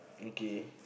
okay